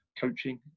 coaching